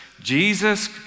Jesus